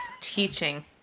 teaching